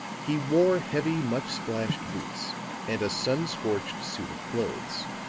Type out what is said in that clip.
he wore heavy, much-splashed boots and a sun-scorched suit of clothes.